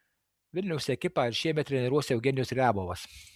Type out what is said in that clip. vilniaus ekipą ir šiemet treniruos eugenijus riabovas